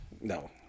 No